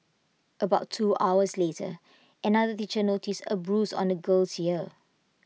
about two hours later another teacher noticed A bruise on the girl's ear